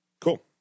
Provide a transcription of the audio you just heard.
Cool